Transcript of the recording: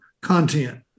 content